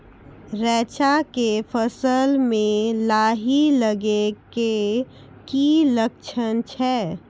रैचा के फसल मे लाही लगे के की लक्छण छै?